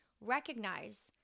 recognize